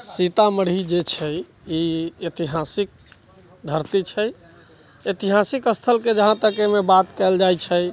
सीतामढ़ी जे छै ई ऐतिहासिक धरती छै ऐतिहासिक स्थल के जहाँ तक एहिमे बात कयल जाइ छै